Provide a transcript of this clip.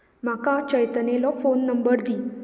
म्हाका चैतन्यालो phone number दी